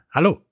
Hallo